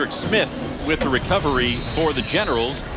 smith with the recovering for the generals.